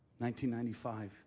1995